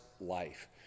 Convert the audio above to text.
life